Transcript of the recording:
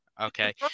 Okay